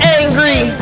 angry